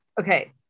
okay